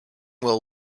will